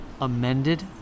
amended